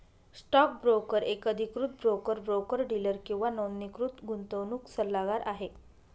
stock broker एक अधिकृत broker, broker dealer किंवा नोंदणीकृत गुंतवणूक सल्लागार आहे